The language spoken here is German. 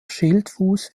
schildfuß